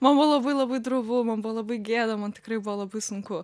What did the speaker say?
man buvo labai labai drovu man buvo labai gėda man tikrai buvo labai sunku